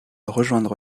rejoindre